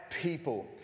people